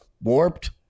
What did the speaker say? warped